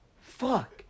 fuck